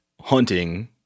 hunting